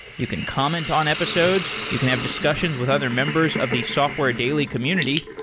you can comment on episodes. you can have discussions with other members of the software daily community,